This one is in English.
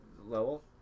Lowell